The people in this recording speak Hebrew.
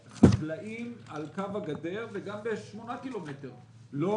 שחקלאים על קו הגדר וגם ב-8 קילומטר מן